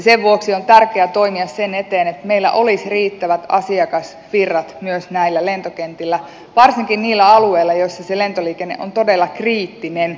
sen vuoksi on tärkeää toimia sen eteen että meillä olisi myös riittävät asiakasvirrat näillä lentokentillä varsinkin niillä alueilla joilla se lentoliikenne on todella kriittinen joukkoliikennemuoto